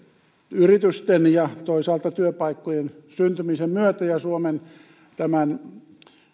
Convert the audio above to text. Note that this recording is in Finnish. yritysten ja työpaikkojen syntymisen myötä ja suomen